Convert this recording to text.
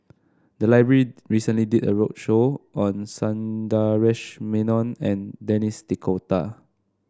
the library recently did a roadshow on Sundaresh Menon and Denis D'Cotta